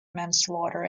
manslaughter